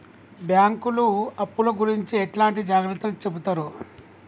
బ్యాంకులు అప్పుల గురించి ఎట్లాంటి జాగ్రత్తలు చెబుతరు?